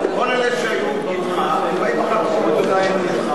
כל אלה שהיו אתך באים אחר כך ואומרים: